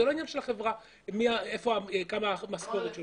זה לא עניין של החברה מה המשכורת שלו.